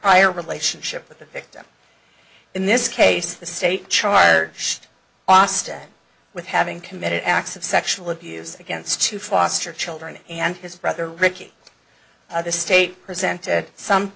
prior relationship with the victim in this case the state charged austin with having committed acts of sexual abuse against two foster children and his brother ricky the state presented some